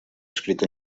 escrita